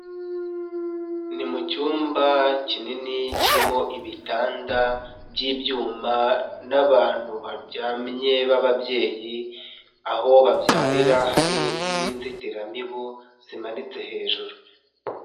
Ni mu cyumba kinini kirimo ibitanda by'ibyuma n'abantu baryamye b'ababyeyi aho babyarira hari n'inzitiramibu zimanitse hejuru.